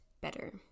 better